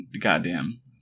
goddamn